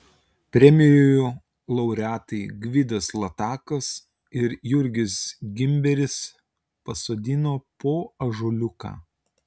premijų laureatai gvidas latakas ir jurgis gimberis pasodino po ąžuoliuką